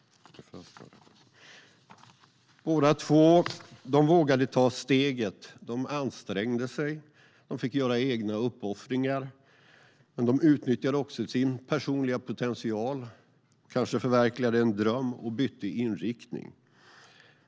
Båda två vågade ta steget. De ansträngde sig och fick göra egna uppoffringar, men de utnyttjade också sin personliga potential. De kanske förverkligade en dröm, och de bytte inriktning.